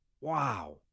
Wow